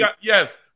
yes